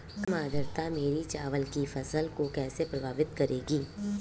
कम आर्द्रता मेरी चावल की फसल को कैसे प्रभावित करेगी?